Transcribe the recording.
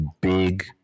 big